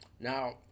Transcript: Now